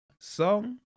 song